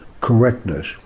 correctness